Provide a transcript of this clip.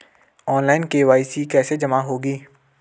Online KYC कैसे जमा होगी?